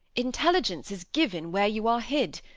intelligence is given where you are hid.